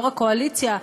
יו"ר הקואליציה,